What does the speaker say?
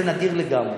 באמת, זה נדיר לגמרי.